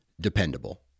dependable